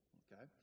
okay